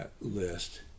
list